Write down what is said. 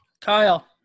Kyle